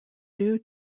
due